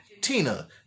Tina